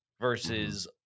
versus